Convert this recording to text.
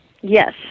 Yes